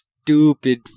stupid